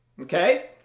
okay